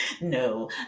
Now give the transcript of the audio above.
no